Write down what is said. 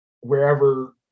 wherever